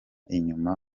inyuma